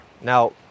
Now